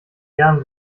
lärm